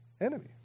enemy